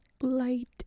light